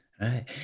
right